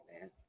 man